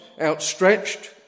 outstretched